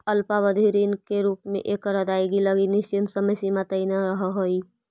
अल्पावधि ऋण के रूप में एकर अदायगी लगी निश्चित समय सीमा तय न रहऽ हइ